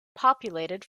populated